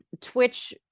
twitch